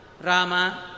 Rama